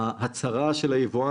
ההצהרה של היבואן